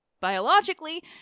biologically